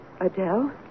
Adele